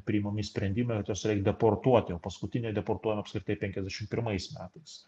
priimami sprendimai ot juos reik deportuoti o paskutinė deportuojama apskritai penkiasdešim pirmais metais